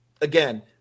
again